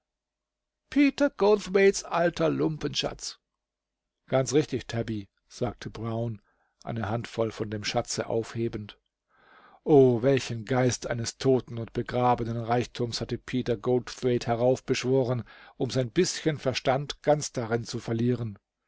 peter goldthwait's alter lumpenschatz ganz richtig tabby sagte brown eine handvoll von dem schatze aufhebend o welchen geist eines toten und begrabenen reichtums hatte peter goldthwaite heraufbeschworen um sein bischen verstand ganz daran zu verlieren